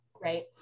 right